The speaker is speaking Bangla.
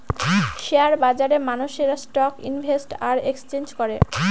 শেয়ার বাজারে মানুষেরা স্টক ইনভেস্ট আর এক্সচেঞ্জ করে